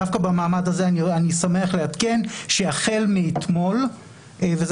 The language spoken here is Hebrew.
דווקא במעמד הזה אני שמח לעדכן שהחל מאתמול -- אני